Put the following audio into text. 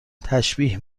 تشبیه